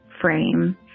frame